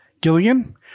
Gilligan